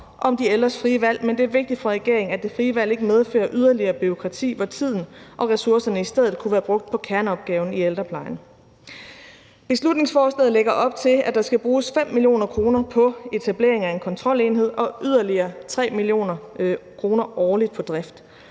om de ældres frie valg, men det er vigtigt for regeringen, at det frie valg ikke medfører yderligere bureaukrati, hvor tiden og ressourcerne i stedet kunne være brugt på kerneopgaven i ældreplejen. Beslutningsforslaget lægger op til, at der skal bruges 5 mio. kr. på etablering af en kontrolenhed og yderligere 3 mio. kr. årligt på drift.